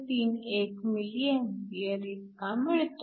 031 mA इतका मिळतो